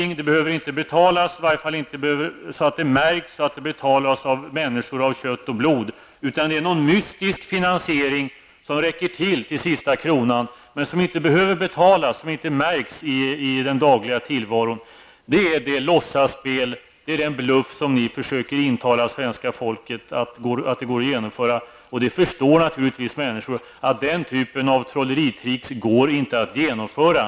Sänkningen behöver inte betalas av människor av kött och blod, i varje fall inte så att det märks, utan det är någon mystisk finansiering som täcker den sista kronan, men som inte märks i den dagliga tillvaron. Det är det låtsasspel och den bluff som ni försöker intala svenska folket kan genomföras. Människor förstår naturligtvis att den typen av trolleritricks inte går att genomföra.